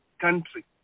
country